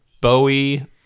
bowie